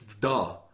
Duh